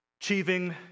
Achieving